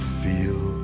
feel